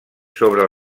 sobre